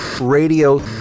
Radio